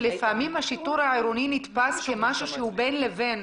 שלפעמים השיטור העירוני נתפס כמשהו שהוא בין לבין,